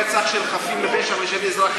האם אתה מגנה את הפיגוע של רצח שוטרת?